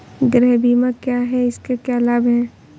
गृह बीमा क्या है इसके क्या लाभ हैं?